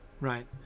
right